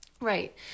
right